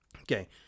Okay